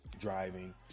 driving